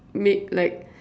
made like